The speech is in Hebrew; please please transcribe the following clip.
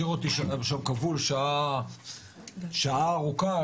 השאיר אותי שם כבול שעה ארוכה.